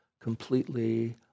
completely